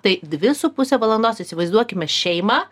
tai dvi su puse valandos įsivaizduokime šeimą